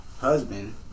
husband